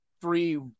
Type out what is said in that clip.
three